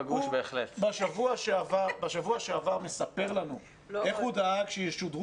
בשבוע שעבר הוא סיפר לנו איך הוא דאג שישודרו